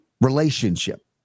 relationship